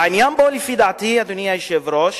העניין פה, לפי דעתי, אדוני היושב-ראש,